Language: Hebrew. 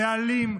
זה אלים,